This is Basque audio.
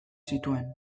zituen